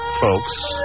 folks